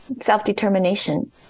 Self-determination